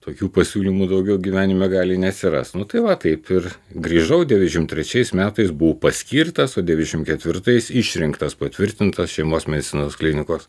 tokių pasiūlymų daugiau gyvenime gali nesirast nu tai va taip ir grįžau devyniasdešimt trečiais metais buvau paskirtas o devyniasdešimt ketvirtais išrinktas patvirtintas šeimos medicinos klinikos